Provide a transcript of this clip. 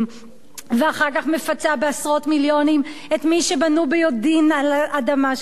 ואחר כך מפצה בעשרות מיליונים את מי שבנו ביודעין על אדמה שנגנבה,